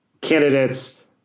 candidates